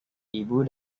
ibu